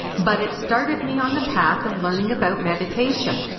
but it started me on the path of learning about meditation.